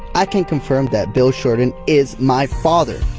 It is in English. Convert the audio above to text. i can confirm that bill shorten is my father.